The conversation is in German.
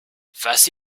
was